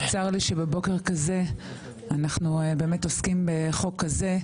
צר לי שבבוקר כזה אנחנו עוסקים בחוק כזה,